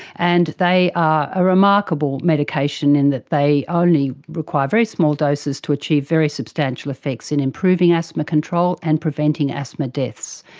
and they are a remarkable medication in that they only require very small doses to achieve very substantial effects in improving asthma control and preventing asthma deaths.